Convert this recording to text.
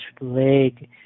leg